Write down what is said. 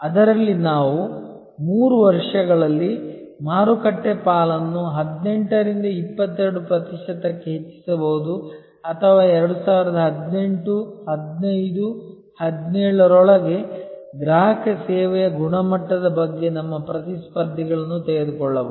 ಅದರಲ್ಲಿ ನಾವು 3 ವರ್ಷಗಳಲ್ಲಿ ಮಾರುಕಟ್ಟೆ ಪಾಲನ್ನು 18 ರಿಂದ 22 ಪ್ರತಿಶತಕ್ಕೆ ಹೆಚ್ಚಿಸಬಹುದು ಅಥವಾ 2018 15 17 ರೊಳಗೆ ಗ್ರಾಹಕ ಸೇವೆಯ ಗುಣಮಟ್ಟದ ಬಗ್ಗೆ ನಮ್ಮ ಪ್ರತಿಸ್ಪರ್ಧಿಗಳನ್ನು ತೆಗೆದುಕೊಳ್ಳಬಹುದು